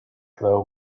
though